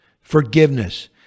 Forgiveness